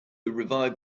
revive